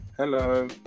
Hello